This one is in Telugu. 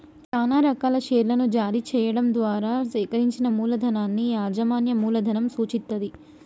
చానా రకాల షేర్లను జారీ చెయ్యడం ద్వారా సేకరించిన మూలధనాన్ని యాజమాన్య మూలధనం సూచిత్తది